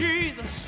Jesus